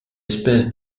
espèce